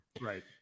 Right